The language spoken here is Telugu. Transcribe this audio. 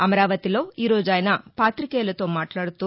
అమరావతిలో ఈరోజు ఆయన పాతికేయులతో మాట్లాడుతూ